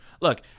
Look